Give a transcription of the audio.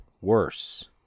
worse